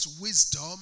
wisdom